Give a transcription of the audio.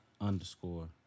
underscore